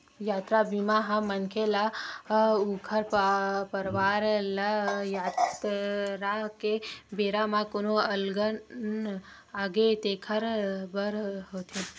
यातरा बीमा ह मनखे ल ऊखर परवार ल यातरा के बेरा म कोनो अलगन आगे तेखर बर होथे